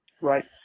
right